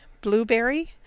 Blueberry